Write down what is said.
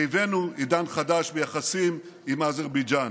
הבאנו עידן חדש ביחסים עם אזרבייג'ן.